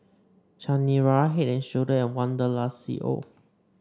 Chanira Head And Shoulder and Wanderlust C O